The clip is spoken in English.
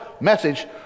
message